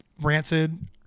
rancid